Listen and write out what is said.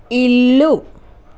ఇల్లు